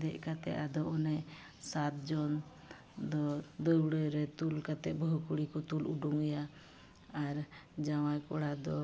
ᱫᱮᱡ ᱠᱟᱛᱮᱫ ᱟᱫᱚ ᱚᱱᱮ ᱥᱟᱛ ᱡᱚᱱ ᱫᱚ ᱫᱟᱹᱣᱲᱟᱹ ᱨᱮ ᱛᱩᱞ ᱠᱟᱛᱮᱫ ᱵᱟ ᱦᱩ ᱠᱩᱲᱤ ᱠᱚ ᱛᱩᱞ ᱩᱰᱩᱝ ᱮᱭᱟ ᱟᱨ ᱡᱟᱶᱟᱭ ᱠᱚᱲᱟ ᱫᱚ